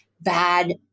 bad